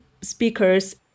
speakers